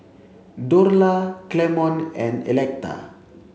Dorla Clemon and Electa